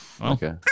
Okay